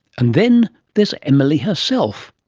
and then there's emily herself.